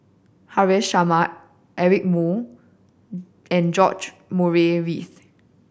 Haresh Sharma Eric Moo and George Murray Reith